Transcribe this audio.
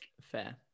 fair